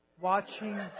Watching